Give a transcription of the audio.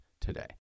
today